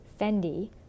Fendi